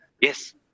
Yes